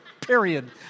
period